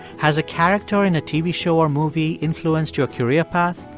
has a character in a tv show or movie influenced your career path,